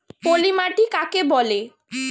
পলি মাটি কাকে বলে?